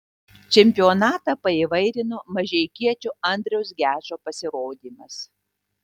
čempionatą paįvairino mažeikiečio andriaus gečo pasirodymas